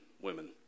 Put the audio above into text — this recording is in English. women